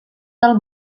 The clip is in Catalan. del